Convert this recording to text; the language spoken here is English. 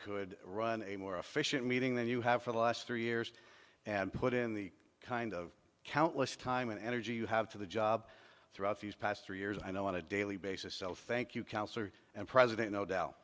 could run a more efficient meeting than you have for the last three years and put in the kind of countless time and energy you have for the job throughout these past three years i know on a daily basis so thank you counselor and president no doubt